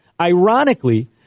Ironically